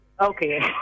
Okay